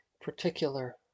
particular